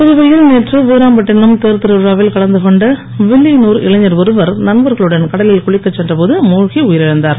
புதுவையில் நேற்று வீராம்பட்டினம் தேர்த் திருவிழாவில் கலந்து கொண்ட வில்லியனூர் இளைஞர் ஒருவர் நண்பர்களுடன் கடலில் குளிக்கச் சென்ற போது மூழ்கி உயிரிழந்தார்